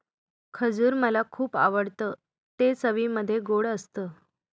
खजूर मला खुप आवडतं ते चवीमध्ये गोड असत